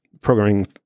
programming